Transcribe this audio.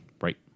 right